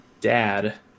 dad